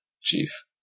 chief